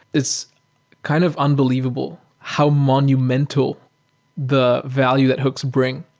it's kind of unbelievable how monumental the value that hooks bring,